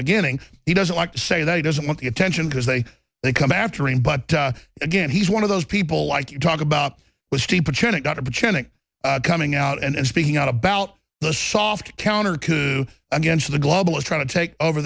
beginning he doesn't like to say that he doesn't want the attention because they may come after him but again he's one of those people like you talk about coming out and speaking out about the soft counter coup against the globalist trying to take over